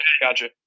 gotcha